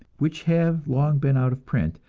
which have long been out of print,